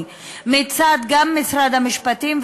417 מהן היו של